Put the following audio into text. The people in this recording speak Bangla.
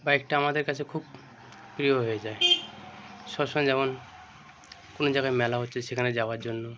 বাইকটা আমাদের কাছে খুব প্রিয় হয়ে যায় সব সময় যেমন কোনো জায়গায় মেলা হচ্ছে সেখানে যাওয়ার জন্য